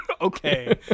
Okay